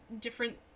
different